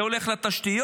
זה הולך לתשתיות,